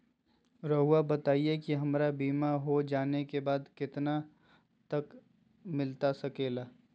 रहुआ बताइए कि हमारा बीमा हो जाने के बाद कितना तक मिलता सके ला?